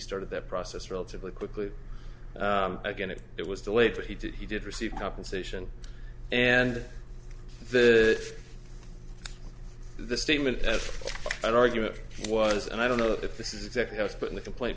started the process relatively quickly again if it was delayed but he did he did receive compensation and the the statement that argument was and i don't know if this is exactly how it's put in the complaint